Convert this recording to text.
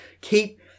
keep